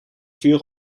vuur